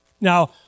Now